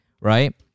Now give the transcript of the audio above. right